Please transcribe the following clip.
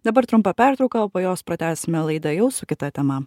dabar trumpa pertrauka o po jos pratęsime laidą jau su kita tema